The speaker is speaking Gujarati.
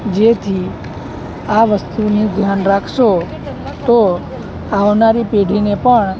જેથી આ વસ્તુની ધ્યાન રાખશો તો આવનારી પેઢીને પણ